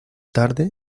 tarde